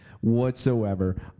whatsoever